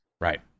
right